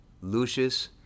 Lucius